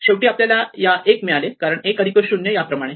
शेवटी आपल्याला या 1 मिळाले कारण 1 अधिक 0 याप्रमाणे